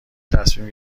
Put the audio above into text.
تصمیم